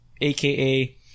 aka